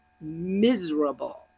miserable